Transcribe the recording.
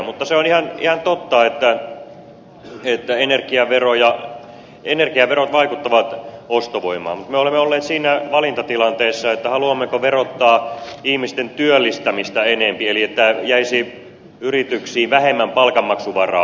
mutta se on ihan totta että energiaverot vaikuttavat ostovoimaan mutta me olemme olleet siinä valintatilanteessa haluammeko verottaa ihmisten työllistämistä enempi eli että jäisi yrityksiin vähemmän palkanmaksuvaraa